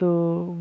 تہٕ